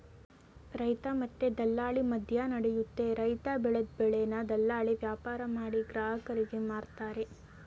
ರೈತ ಮತ್ತೆ ದಲ್ಲಾಳಿ ಮದ್ಯನಡಿಯುತ್ತೆ ರೈತ ಬೆಲ್ದ್ ಬೆಳೆನ ದಲ್ಲಾಳಿ ವ್ಯಾಪಾರಮಾಡಿ ಗ್ರಾಹಕರಿಗೆ ಮಾರ್ತರೆ